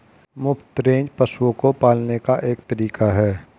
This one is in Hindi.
मुफ्त रेंज पशुओं को पालने का एक तरीका है